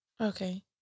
Okay